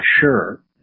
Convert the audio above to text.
sure